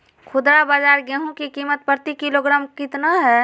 खुदरा बाजार गेंहू की कीमत प्रति किलोग्राम कितना है?